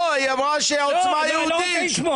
היא אמרה שעוצמה יהודית,